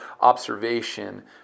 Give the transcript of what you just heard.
observation